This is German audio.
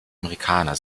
amerikaner